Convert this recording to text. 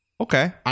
Okay